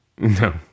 No